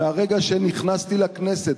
מהרגע שנכנסתי לכנסת,